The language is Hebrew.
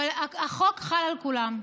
אבל החוק חל על כולם.